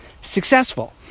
successful